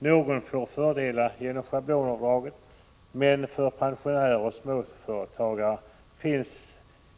Någon får fördelar genom schablonavdraget, men för pensionärer och småföretagare finns